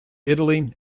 italy